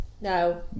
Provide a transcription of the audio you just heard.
No